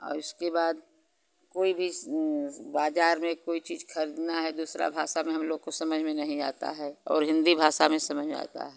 और इसके बाद कोई भी बाजार में कोई चीज खरीदना है दूसरा भाषा में हम लोग को समझ में नहीं आता है और हिन्दी भाषा में समझ में आता है